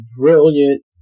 brilliant